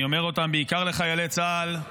אני אומר אותם בעיקר לחיילי צה"ל,